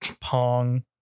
Pong